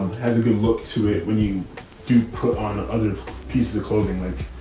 has a good look to it when you do put on other pieces of clothing, like.